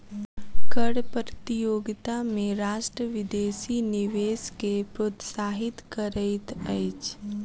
कर प्रतियोगिता में राष्ट्र विदेशी निवेश के प्रोत्साहित करैत अछि